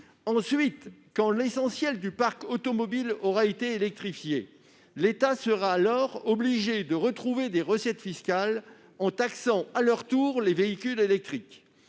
Une fois que l'essentiel du parc automobile aura été électrifié, l'État sera obligé de retrouver des recettes fiscales, en taxant à leur tour les véhicules électriques.